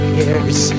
years